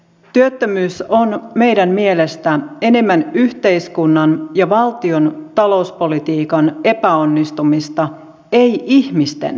työttömyys on meidän mielestämme enemmän yhteiskunnan ja valtion talouspolitiikan epäonnistumista ei ihmisten epäonnistumista